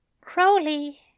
Crowley